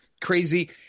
crazy